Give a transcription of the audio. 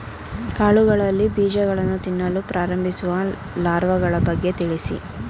ಕಾಳುಗಳಲ್ಲಿ ಬೀಜಗಳನ್ನು ತಿನ್ನಲು ಪ್ರಾರಂಭಿಸುವ ಲಾರ್ವಗಳ ಬಗ್ಗೆ ತಿಳಿಸಿ?